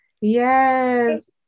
Yes